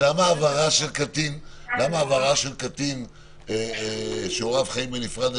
למה העברה של קטין שהוריו חיים בנפרד,